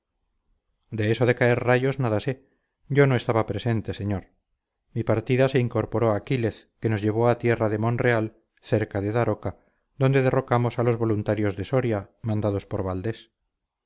eso de caer rayos nada sé yo no estaba presente señor mi partida se incorporó a quílez que nos llevó a tierra de monreal cerca de daroca donde derrotamos a los voluntarios de soria mandados por valdés